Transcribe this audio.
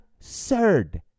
Absurd